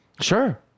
Sure